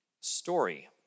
story